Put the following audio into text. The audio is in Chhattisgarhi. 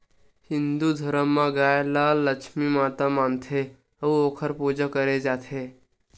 हिंदू धरम म गाय ल लक्छमी माता मानथे अउ ओखर पूजा करे जाथे